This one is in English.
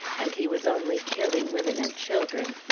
and he was only killing women and children.